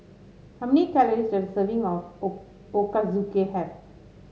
how many calories does a serving of O Ochazuke have